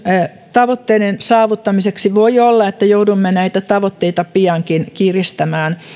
tavoitteiden saavuttamiseksi voi olla että joudumme näitä tavoitteita piankin kiristämään